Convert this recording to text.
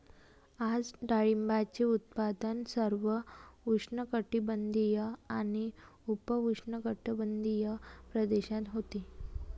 आज डाळिंबाचे उत्पादन सर्व उष्णकटिबंधीय आणि उपउष्णकटिबंधीय प्रदेशात होते